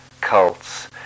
cults